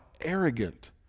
arrogant